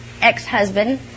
ex-husband